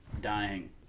dying